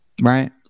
right